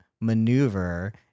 maneuver